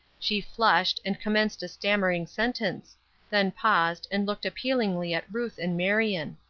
she flushed, and commenced a stammering sentence then paused, and looked appealingly at ruth and marion.